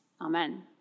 Amen